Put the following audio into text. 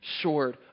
short